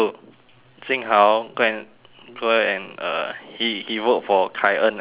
jing hao go and go and uh he he work for kai en and aaron